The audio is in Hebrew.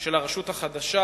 של הרשות החדשה,